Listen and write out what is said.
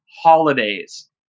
holidays